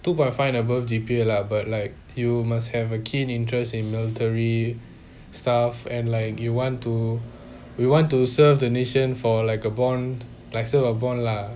two point five and above G_P_A lah but like you must have a keen interest in military stuff and like you want to we want to serve the nation for like a bond like a bond lah